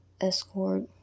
escort